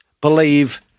believe